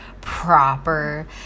proper